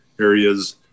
areas